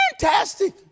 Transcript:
Fantastic